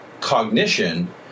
cognition